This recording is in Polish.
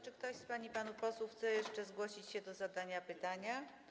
Czy ktoś z pań i panów posłów chce jeszcze zgłosić się do zadania pytania?